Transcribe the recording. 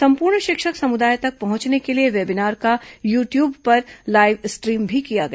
संपूर्ण शिक्षक समुदाय तक पहुंचने के लिए वेबीनार का यूट्यूब पर लाइव स्ट्रीम भी किया गया